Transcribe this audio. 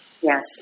Yes